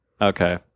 Okay